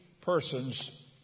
persons